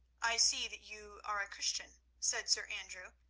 i see that you are a christian, said sir andrew.